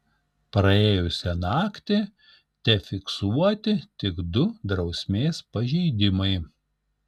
praėjusią naktį tefiksuoti tik du drausmės pažeidimai